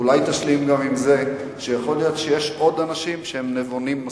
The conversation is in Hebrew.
אולי תשלים גם עם זה שיכול להיות שיש עוד אנשים שהם נבונים מספיק,